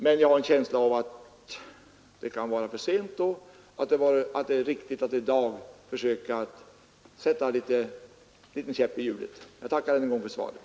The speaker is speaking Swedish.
Men jag har en känsla av att det då kan vara för sent och att jag därför redan i dag bör försöka sätta en liten käpp i hjulet. Jag tackar än en gång för svaret.